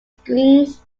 screens